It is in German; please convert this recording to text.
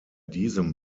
diesem